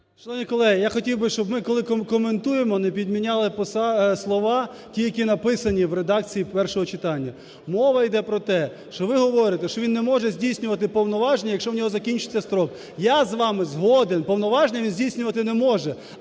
Шановні колеги, я хотів би, щоб ми, коли коментуємо, не підміняли слова ті, які написані в редакції першого читання. Мова йде про те, що ви говорите, що він не може здійснювати повноваження, якщо в нього закінчився строк. Я з вами згоден, повноваження він здійснювати не може,